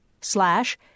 slash